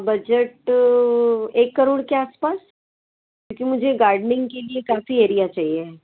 budget एक करोड़ के आस पास क्योंकि मुझे गार्डनिंग के लिए काफ़ी एरिया चाहिए